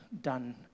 done